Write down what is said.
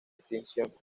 extinción